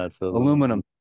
aluminum